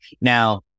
Now